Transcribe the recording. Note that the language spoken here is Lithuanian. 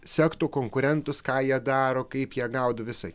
sektų konkurentus ką jie daro kaip jie gaudo visai